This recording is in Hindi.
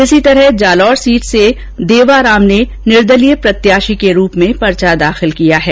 इसी प्रकार जालोर सीट पर देवाराम ने निर्दलीय प्रत्याशी के रूप में परचा दाखिल किया है